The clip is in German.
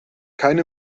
keine